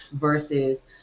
versus